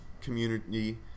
community